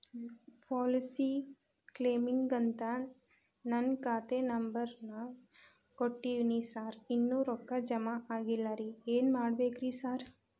Policy ಕ್ಲೇಮಿಗಂತ ನಾನ್ ಖಾತೆ ನಂಬರ್ ನಾ ಕೊಟ್ಟಿವಿನಿ ಸಾರ್ ಇನ್ನೂ ರೊಕ್ಕ ಜಮಾ ಆಗಿಲ್ಲರಿ ಏನ್ ಮಾಡ್ಬೇಕ್ರಿ ಸಾರ್?